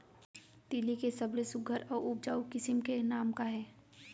तिलि के सबले सुघ्घर अऊ उपजाऊ किसिम के नाम का हे?